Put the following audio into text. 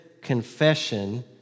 confession